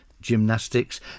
gymnastics